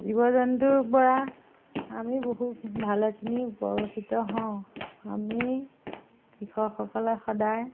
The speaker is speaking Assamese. জীৱ জন্তুৰ পৰা আমি বহু ভালেখিনি উপকৃত হওঁ আমি কৃষকসকলে সদায়